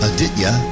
Aditya